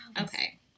Okay